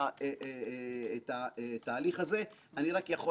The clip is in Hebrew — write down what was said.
עד 2 מיליון שקלים.